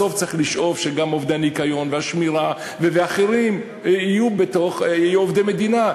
בסוף צריך לשאוף שגם עובדי הניקיון והשמירה ואחרים יהיו עובדי מדינה.